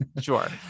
sure